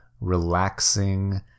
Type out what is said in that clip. relaxing